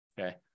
okay